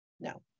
no